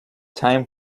time